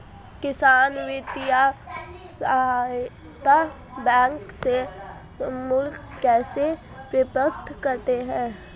किसान वित्तीय सहायता बैंक से लोंन कैसे प्राप्त करते हैं?